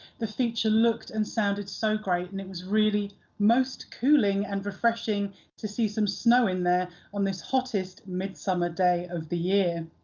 the feature looked and sounded so great, and it was really most cooling and refreshing to see some snow in there on this hottest midsummer day of the year.